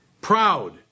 Proud